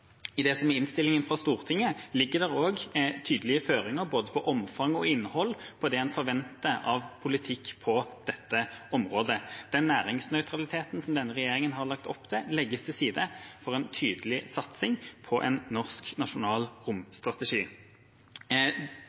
I det som er innstillingen fra Stortinget, ligger det også tydelige føringer på både omfang og innhold på det en forventer av politikk på dette området. Den næringsnøytraliteten som denne regjeringa har lagt opp til, legges til side for en tydelig satsing på en norsk nasjonal romstrategi.